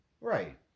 Right